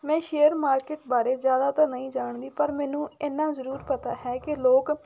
ਮੈਂ share market ਬਾਰੇ ਜ਼ਿਆਦਾ ਤਾਂ ਨਹੀਂ ਜਾਣਦੀ ਪਰ ਮੈਨੂੰ ਇੰਨਾ ਜ਼ਰੂਰ ਪਤਾ ਹੈ ਕਿ ਲੋਕ